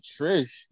Trish